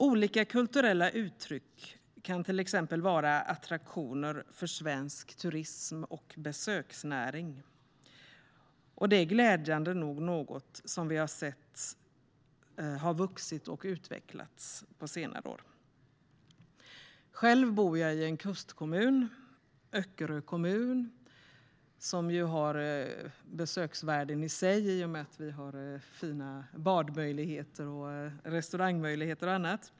Olika kulturella uttryck kan till exempel vara attraktioner för svensk turism och besöksnäring. Det är glädjande nog något som vi har sett har vuxit och utvecklats på senare år. Jag bor i en kustkommun, Öckerö kommun, som i sig har besöksvärden i och med att vi har fina bad, restauranger och annat.